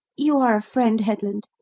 you are a friend, headland.